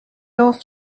north